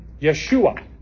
Yeshua